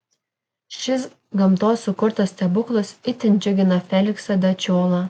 šis gamtos sukurtas stebuklas itin džiugina feliksą dačiolą